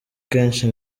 kenshi